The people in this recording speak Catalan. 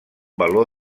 valor